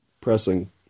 pressing